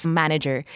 manager